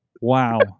Wow